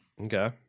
Okay